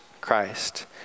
Christ